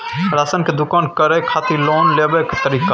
Ration के दुकान करै खातिर लोन लेबै के तरीका?